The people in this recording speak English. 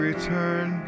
Return